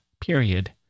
period